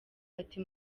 ati